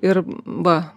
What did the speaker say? ir va